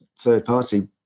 third-party